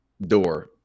door